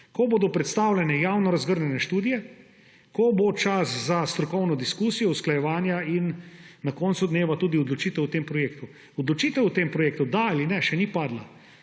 Ko bodo predstavljene javno razgrnjene študije, ko bo čas za strokovno diskusijo, usklajevanja in na koncu dneva tudi odločitev o tem projektu. Odločitev o tem projektu, da ali ne, še ni padla.